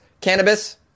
cannabis